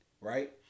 right